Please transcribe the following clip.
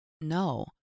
no